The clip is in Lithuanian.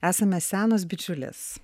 esame senos bičiulės